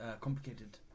complicated